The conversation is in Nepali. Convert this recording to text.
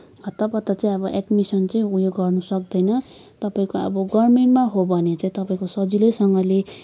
हतपत चाहिँ एडमिशन चाहिँ उयो गर्नु सक्दैन तपाईँको अब गभर्मेन्टमा हो भने चाहिँ तपाईँको सजिलैसँगले